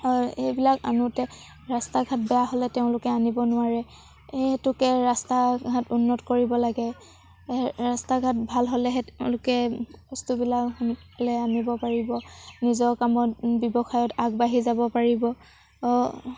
এইবিলাক আনোঁতে ৰাস্তা ঘাট বেয়া হ'লে তেওঁলোকে আনিব নোৱাৰে সেই হেতুকে ৰাস্তা ঘাট উন্নত কৰিব লাগে ৰাস্তা ঘাট ভাল হ'লেহে তেওঁলোকে বস্তুবিলাক গাঁৱলৈ আনিব পাৰিব নিজৰ কামত ব্যৱসায়ত আগবাঢ়ি যাব পাৰিব